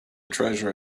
treasure